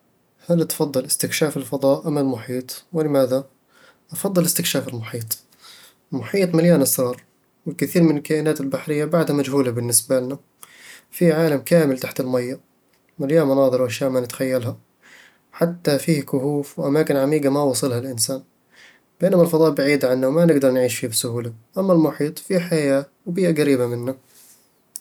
هل تفضل استكشاف الفضاء أم المحيط؟ ولماذا؟ أفضّل استكشاف المحيط المحيط مليان أسرار، والكثير من الكائنات البحرية بعدها مجهولة بالنسبالنا. فيه عالم كامل تحت المية، مليان مناظر وأشياء ما نتخيلها، حتى فيه كهوف وأماكن عميقة ما وصلها الإنسان بينما الفضاء بعيد عنّا وما نقدر نعيش فيه بسهولة، أما المحيط، فيه حياة وبيئة قريبة منّا